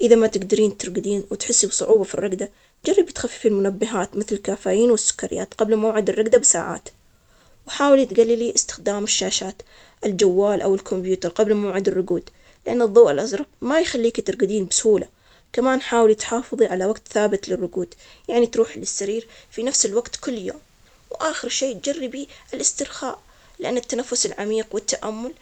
إذا تبي ما تنام زين، حاول إنك تسوي روتين قبل النوم, مثل قراءة كتاب أو الاستماع لموسيقى هادية, خليك بعيد عن الشاشات قبل النوم, خلي الغرفة مظلمة وهادئة، وحاول تشرب شاي على الشعبة, مثل البابونج أو الزعتر, وابتعد عن الكافيين قبل النوم,